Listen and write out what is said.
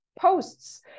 posts